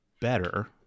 better